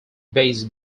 based